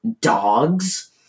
dogs